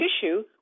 tissue